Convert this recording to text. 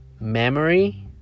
memory